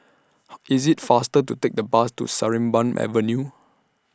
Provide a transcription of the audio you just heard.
IT IS faster to Take The Bus to Sarimbun Avenue